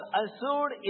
assured